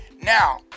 Now